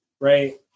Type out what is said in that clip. right